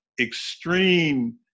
extreme